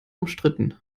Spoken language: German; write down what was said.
umstritten